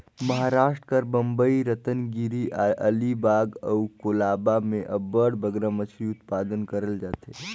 महारास्ट कर बंबई, रतनगिरी, अलीबाग अउ कोलाबा में अब्बड़ बगरा मछरी उत्पादन करल जाथे